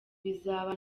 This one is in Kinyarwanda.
bizaba